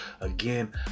again